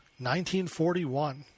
1941